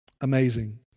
amazing